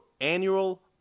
annual